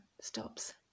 stops